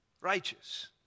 righteous